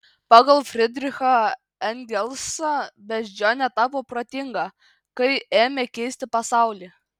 pagal fridrichą engelsą beždžionė tapo protinga kai ėmė keisti pasaulį